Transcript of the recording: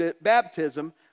Baptism